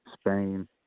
Spain